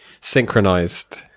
synchronized